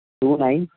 two nine